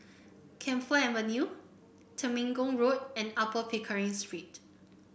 Camphor Avenue Temenggong Road and Upper Pickering Street